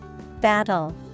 Battle